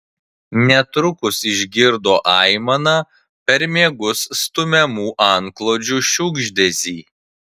netrukus išgirdo aimaną per miegus ir stumiamų antklodžių šiugždesį